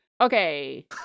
Okay